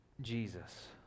Jesus